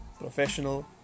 professional